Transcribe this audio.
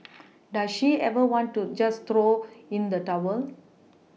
does she ever want to just throw in the towel